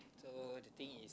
so the thing is